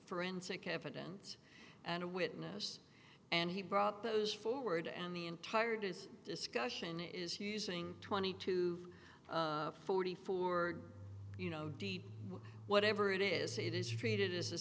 forensic evidence and a witness and he brought those forward and the entire day's discussion is using twenty two forty four you know deep whatever it is it is treated as a